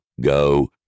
Go